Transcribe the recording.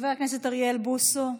חבר הכנסת אוריאל בוסו,